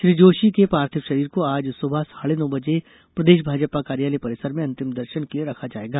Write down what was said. श्री जोशी के पार्थिव शरीर को आज सुबह साढ़े नौ बजे प्रदेश भाजपा कार्यालय परिसर में अंतिम दर्शन के लिये रखा जायेगा